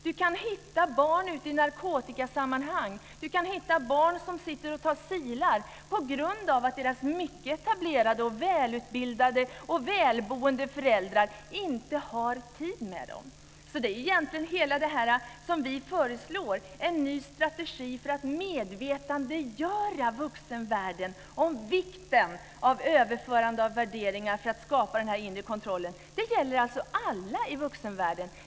Du kan hitta barn i narkotikasammanhang, du kan hitta barn som tar silar, på grund av att deras mycket etablerade, välutbildade och välboende föräldrar inte har tid med dem. Vi föreslår en ny strategi för att medvetandegöra vuxenvärlden om vikten av överförande av värderingar för att skapa den inre kontrollen. Det gäller alla i vuxenvärlden.